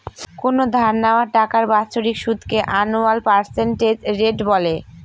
কোনো ধার নেওয়া টাকার বাৎসরিক সুদকে আনুয়াল পার্সেন্টেজ রেট বলে